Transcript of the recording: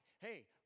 hey